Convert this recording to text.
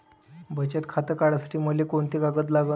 बचत खातं काढासाठी मले कोंते कागद लागन?